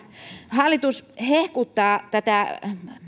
hallitus hehkuttaa tätä